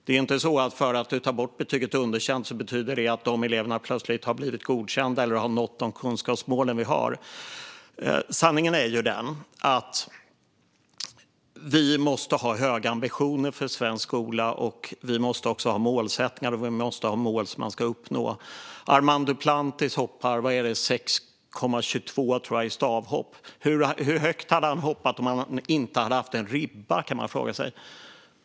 Om man tar bort betyget underkänd betyder det inte att de eleverna plötsligt har blivit godkända eller har nått de kunskapsmål vi har. Sanningen är ju att vi måste ha höga ambitioner för svensk skola. Vi måste ha målsättningar och mål som eleverna ska uppnå. Armand Duplantis hoppar 6,22 i stavhopp, tror jag att det är. Hur högt hade han hoppat om han inte hade haft en ribba? Det kan man fråga sig.